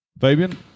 Fabian